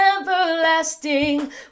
everlasting